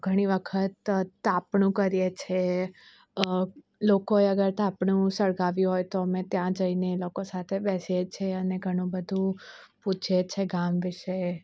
ઘણી વખત તાપણું કરીએ છે લોકોએ અગર તાપણું સળગાવ્યું હોય તો અમે ત્યાં જઈને એ લોકો સાથે બેસીએ છીએ અને ઘણું બધુ પૂછીએ છીએ ગામ વિશે